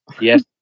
Yes